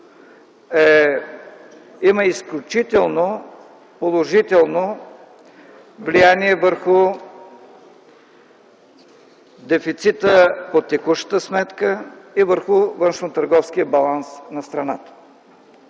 има изключително положително влияние върху дефицита по текущата сметка и върху външнотърговския баланс на страната.